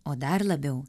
o dar labiau